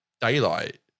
daylight